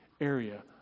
area